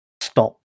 stop